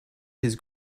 his